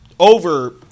Over